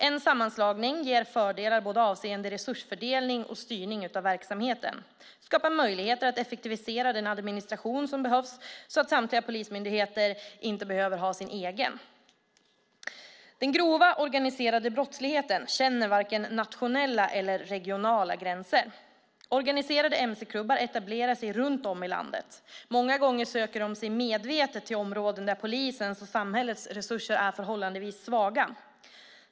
En sammanslagning ger fördelar både avseende resursfördelning och styrning av verksamheten samt skapar möjligheter att effektivisera den administration som behövs så att samtliga polismyndigheter inte behöver ha sin egen. Den grova organiserade brottsligheten känner varken nationella eller regionala gränser. Organiserade mc-klubbar etablerar sig runt om i landet. Många gånger söker de sig medvetet till områden där polisens och samhällets resurser är förhållandevis svaga.